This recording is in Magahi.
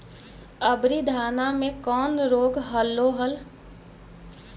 अबरि धाना मे कौन रोग हलो हल?